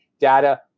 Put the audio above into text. data